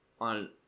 on